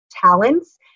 talents